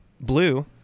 blue